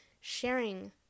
sharing